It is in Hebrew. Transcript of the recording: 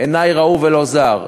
"ועיני ראו ולא זר",